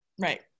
Right